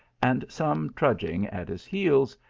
and some trudging at his heels,